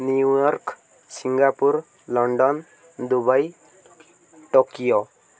New York Singapore London Dubai Tokyo